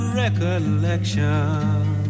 recollection